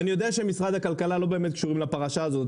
אני יודע שמשרד הכלכלה לא באמת קשורים לפרשה הזאת.